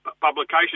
publication